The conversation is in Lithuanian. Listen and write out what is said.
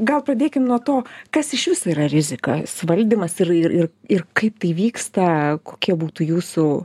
gal pradėkim nuo to kas iš viso yra rizika suvaldymas ir ir ir ir kaip tai vyksta kokie būtų jūsų